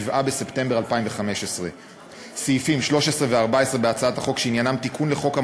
7 בספטמבר 2015. סעיפים 13 ו-14 בהצעת החוק,